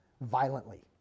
violently